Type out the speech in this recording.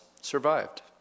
survived